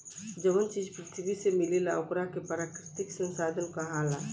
जवन चीज पृथ्वी से मिलेला ओकरा के प्राकृतिक संसाधन कहाला